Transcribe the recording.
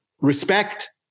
respect